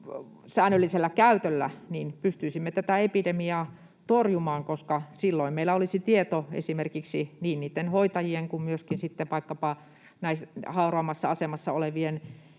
säännöllisellä käytöllä pystyisimme tätä epidemiaa torjumaan, koska silloin meillä olisi tieto esimerkiksi niin niitten hoitajien kuin myöskin sitten vaikkapa hauraammassa asemassa olevien